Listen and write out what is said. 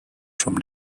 from